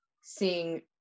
seeing